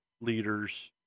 leaders